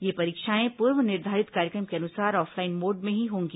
ये परीक्षाएं पूर्व निर्धारित कार्यक्रम के अनुसार ऑफलाइन मोड में ही होंगी